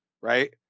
Right